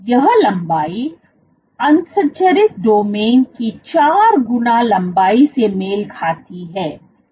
यह लंबाई असंरचित डोमेन की 4 गुना लंबाई से मेल खाती है